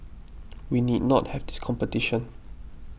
we need not have this competition